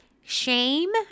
shame